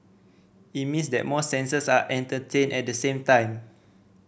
it means that more senses are entertained at the same time